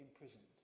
imprisoned